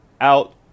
out